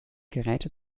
geräte